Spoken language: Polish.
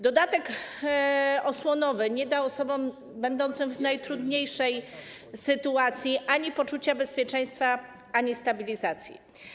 Dodatek osłonowy nie da osobom będącym w najtrudniejszej sytuacji ani poczucia bezpieczeństwa, ani stabilizacji.